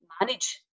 manage